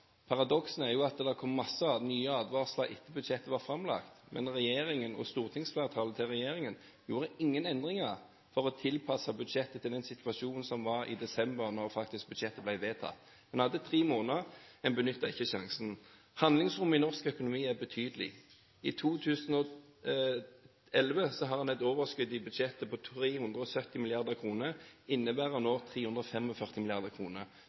er jo at det kom mange nye advarsler etter at budsjettet var framlagt, men regjeringen og stortingsflertallet til regjeringen gjorde ingen endringer for å tilpasse budsjettet til den situasjonen som var i desember, da budsjettet faktisk ble vedtatt. En hadde tre måneder, en benyttet ikke sjansen. Handlingsrommet i norsk økonomi er betydelig. I 2011 hadde vi et overskudd i budsjettet på 370